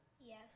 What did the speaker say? Yes